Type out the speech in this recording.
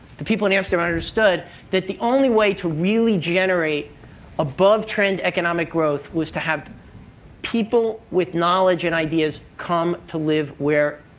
the people in amsterdam understood that the only way to really generate above-trend economic growth was to have people with knowledge and ideas come to live where